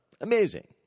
Amazing